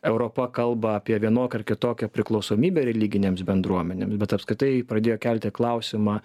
europa kalba apie vienokią ar kitokią priklausomybę religinėms bendruomenėms bet apskritai pradėjo kelti klausimą